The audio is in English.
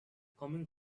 coming